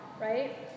right